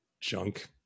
junk